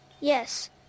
Yes